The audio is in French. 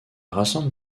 rassemble